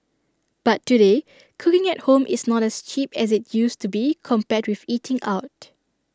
but today cooking at home is not as cheap as IT used to be compared with eating out